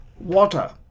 water